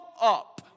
up